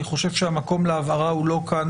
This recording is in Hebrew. אני חושב שהמקום להבהרה הוא לא כאן,